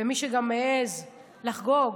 מי שמעז לחגוג,